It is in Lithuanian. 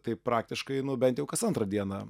tai praktiškai nu bent jau kas antrą dieną